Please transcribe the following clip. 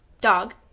Dog